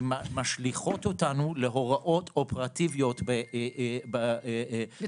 שמשליכות אותנו להוראות אופרטיביות בחוק.